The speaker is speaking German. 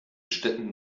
städten